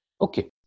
Okay